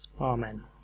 Amen